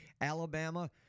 Alabama